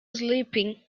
sleeping